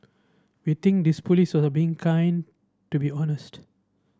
we think this police was being kind to be honest